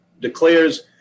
declares